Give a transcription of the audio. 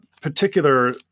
particular